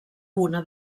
una